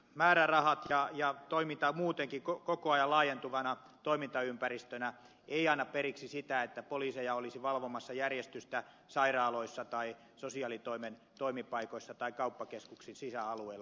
poliisien toimintamäärärahat ja toiminta muutenkin koko ajan laajentuvassa toimintaympäristössä eivät anna periksi sitä että poliiseja olisi valvomassa järjestystä sairaaloissa tai sosiaalitoimen toimipaikoissa tai kauppakeskuksen sisäalueilla